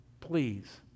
please